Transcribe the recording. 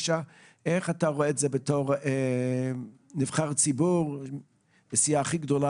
איך אתה רואה את זה בתור נבחר ציבור בסיעה הכי גדולה